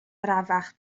arafach